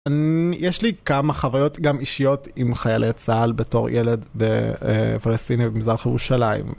יש לי כמה חוויות גם אישיות עם חיילי צהל בתור ילד בפלסטיניה ובמזרח ירושלים.